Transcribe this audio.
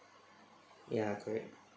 ya correct ya